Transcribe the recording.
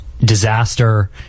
disaster